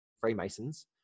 Freemasons